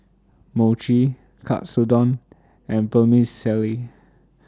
Mochi Katsudon and Vermicelli